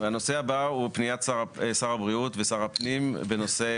הנושא הבא הוא פניית שר הבריאות ושר הפנים בנושא